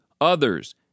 others